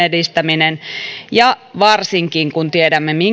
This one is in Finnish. edistäminen varsinkin kun tiedämme